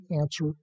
answer